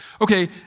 Okay